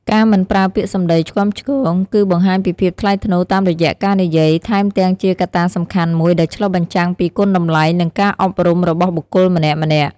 ការមិនប្រើពាក្យសម្ដីឆ្គាំឆ្គង គឺបង្ហាញពីភាពថ្លៃថ្នូរតាមរយៈការនិយាយ ថែមទាំងជាងកត្តាសំខាន់មួយដែលឆ្លុះបញ្ចាំងពី គុណតម្លៃ និង ការអប់រំរបស់បុគ្គលម្នាក់ៗ។